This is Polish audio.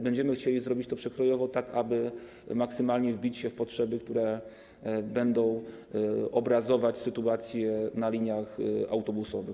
Będziemy chcieli zrobić to przekrojowo, tak aby maksymalnie wbić się w potrzeby, które będą obrazować sytuację na liniach autobusowych.